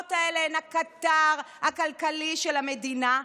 החברות האלה הן הקטר הכלכלי של המדינה,